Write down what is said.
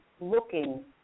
looking